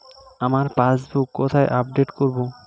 আমার পাসবুক কোথায় আপডেট করব?